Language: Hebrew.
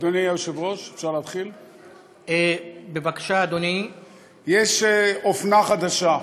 אדוני היושב-ראש, יש אופנה חדשה: